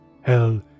Hell